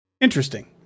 interesting